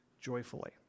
joyfully